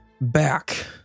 back